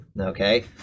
okay